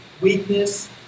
weakness